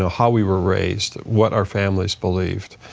ah how we were raised, what our families believed,